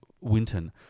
Winton